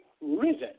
risen